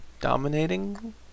dominating